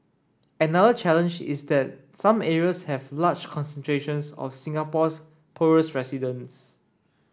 another challenge is that some areas have large concentrations of Singapore's poorest residents